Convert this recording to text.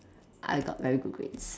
I got very good grades